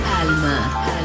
Alma